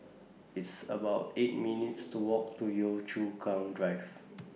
It's about eight minutes' to Walk to Yio Chu Kang Drive